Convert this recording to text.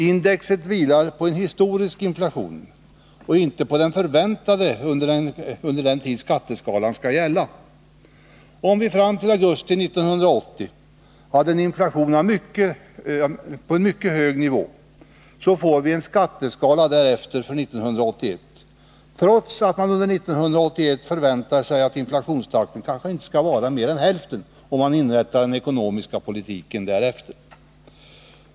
Indexet vilar på en historisk inflation och inte på den förväntade under den tid skatteskalan skall gälla. Om vi fram till augusti 1980 hade en inflation på en mycket hög nivå så får vi en skatteskala därefter för 1981, trots att man förväntar sig att inflationstakten under 1981 kanske inte skall vara mer än hälften, och man inrättar den ekonomiska politiken därefter.